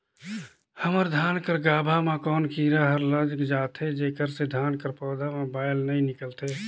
हमर धान कर गाभा म कौन कीरा हर लग जाथे जेकर से धान कर पौधा म बाएल नइ निकलथे?